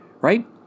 right